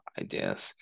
ideas